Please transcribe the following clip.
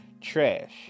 trash